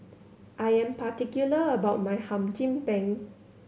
I am particular about my Hum Chim Peng